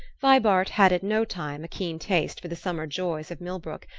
vibart had at no time a keen taste for the summer joys of millbrook,